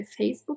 Facebook